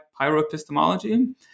pyroepistemology